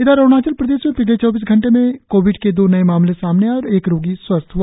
इधर अरुणाचल प्रदेश में पिछले चौबीस घंटे में कोविड के दो नए मामले सामने आए और एक रोगी स्वस्थ हआ